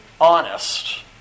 honest